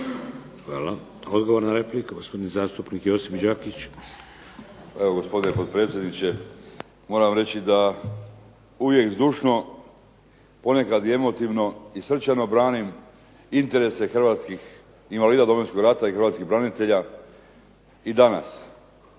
Hvala. Odgovor na repliku, gospodin zastupnik Josip Đakić. **Đakić, Josip (HDZ)** Evo gospodine potpredsjedniče, moram reći da uvijek zdušno ponekad i emotivno i srčano branim interese hrvatskih invalida Domovinskog rata i hrvatskih branitelja i danas,